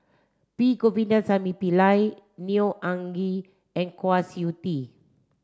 P Govindasamy Pillai Neo Anngee and Kwa Siew Tee